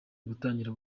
gutangira